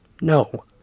No